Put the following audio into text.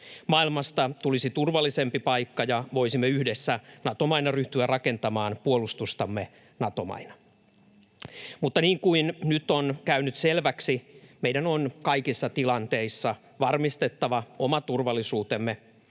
Maailmasta tulisi turvallisempi paikka, ja voisimme yhdessä Nato-maina ryhtyä rakentamaan puolustustamme Nato-maina. Mutta niin kuin nyt on käynyt selväksi, meidän on kaikissa tilanteissa varmistettava oma turvallisuutemme.